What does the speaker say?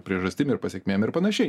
priežastim ir pasekmėm ir panašiai